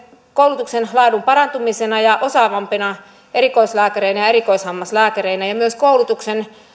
koulutuksen laadun parantumisena ja osaavampina erikoislääkäreinä ja erikoishammaslääkäreinä ja myös koulutuksen